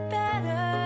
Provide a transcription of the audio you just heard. better